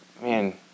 Man